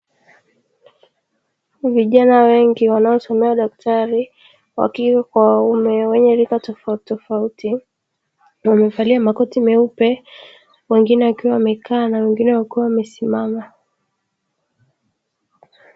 Vijana wengi wanaosomea udaktari wakike kwa wa kiume wenye rika tofauti tofauti, wamevalia makoti meupe wengine wakiwa wamekaa na wengine wakiwa wamesimama.